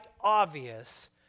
obvious